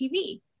TV